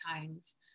times